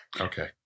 okay